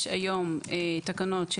יש היום תקנות,